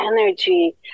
energy